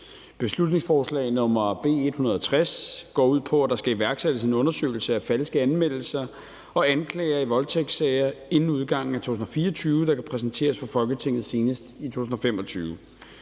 Beslutningsforslag nr. B 160 går ud på, at der skal iværksættes en undersøgelse af falske anmeldelser og anklager i voldtægtssager inden udgangen af 2024, der kan præsenteres for Folketinget senest i 2025.